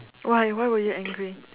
why why were you angry